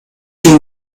you